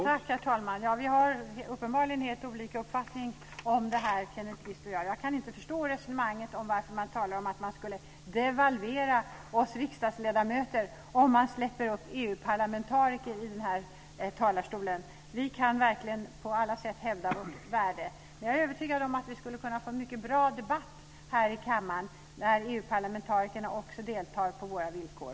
Herr talman! Vi har uppenbarligen helt olika uppfattningar om det här Kenneth Kvist och jag. Jag kan inte förstå resonemanget om att man skulle devalvera riksdagsledamöterna om man släpper upp EU parlamentariker i den här talarstolen. Vi kan verkligen på alla sätt hävda vårt värde. Jag övertygad om att vi skulle kunna få en mycket bra debatt här i kammaren om EU-parlamentarikerna också deltog på våra villkor.